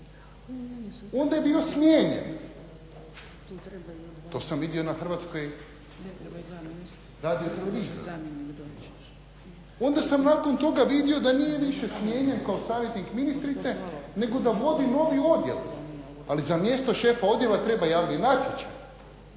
Onda je bio smijenjen, to sam vidio na Hrvatskoj radio televiziji. Onda sam nakon toga vidio da nije više smijenjen kao savjetnik ministrice nego da vodi novi odjel, ali za mjesto šefa odijela treba javni natječaj,i